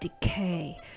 decay